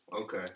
okay